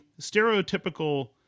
stereotypical